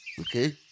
okay